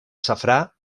safrà